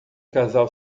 casal